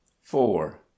four